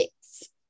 six